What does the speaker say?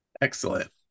Excellent